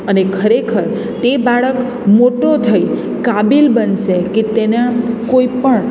અને ખરેખર તે બાળક મોટો થઈ કાબિલ બનશે કે તેના કોઈપણ